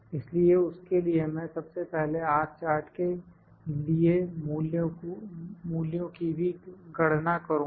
इसलिए उसके लिए मैं सबसे पहले R चार्ट के लिए मूल्यों की भी गणना करूँगा